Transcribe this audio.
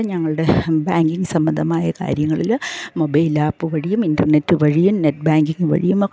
ഞങ്ങളുടെ ബാങ്കിങ് സംമ്പന്ധമായ കാര്യങ്ങളിൽ മൊബൈൽ ആപ്പ് വഴിയും ഇൻ്റർനെറ്റ് വഴിയും നെറ്റ് ബാങ്കിങ് വഴിയും ഒക്കെ